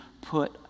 put